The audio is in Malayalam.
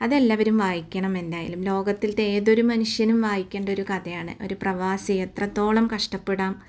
അതെല്ലാവരും വായിക്കണമെന്തായാലും ലോകത്തിലത്തെ ഏതൊരു മനുഷ്യനും വായിക്കേണ്ടൊരു കഥയാണ് ഒരു പ്രവാസി എത്രത്തോളം കഷ്ടപ്പെടാം